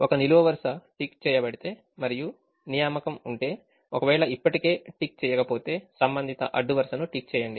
ఒక నిలువు వరుస టిక్ చేయబడితే మరియు నియామక ఉంటే ఒకవేళ ఇప్పటికే టిక్ చేయకపోతే సంబంధిత అడ్డు వరుసను టిక్ చేయండి